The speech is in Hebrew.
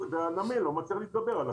והנמל לא מצליח להתגבר על התורים